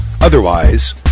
Otherwise